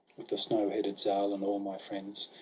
with the snow-headed zal, and all my friends.